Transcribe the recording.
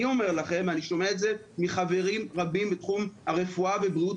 אני אומר לכם ואני שומע מחברים רבים בתחום הרפואה ובריאות